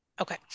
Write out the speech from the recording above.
Okay